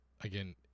Again